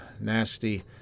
nasty